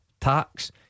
tax